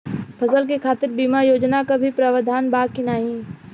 फसल के खातीर बिमा योजना क भी प्रवाधान बा की नाही?